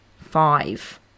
Five